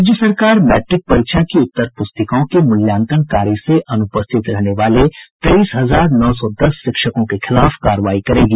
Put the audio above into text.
राज्य सरकार मैट्रिक परीक्षा की उत्तरपुस्तिकाओं के मूल्यांकन कार्य से अनुपस्थित रहने वाले तेईस हजार नौ सौ दस शिक्षकों के खिलाफ कार्रवाई करेगी